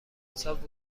حساب